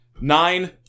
Nine